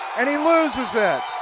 and he loses it.